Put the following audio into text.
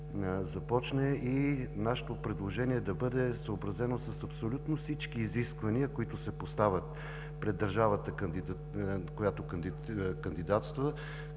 започне и нашето предложение да бъде съобразено с абсолютно всички изисквания, които се поставят пред държавата, която кандидатства,